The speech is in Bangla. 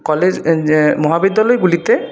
কলেজ মহাবিদ্যালয়গুলিতে